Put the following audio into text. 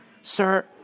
Sir